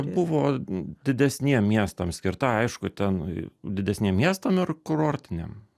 buvo didesniem miestam skirta aišku ten didesniem miestam ir kurortiniam